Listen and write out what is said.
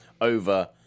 over